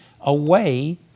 away